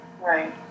Right